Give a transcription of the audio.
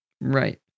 Right